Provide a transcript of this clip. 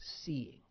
seeing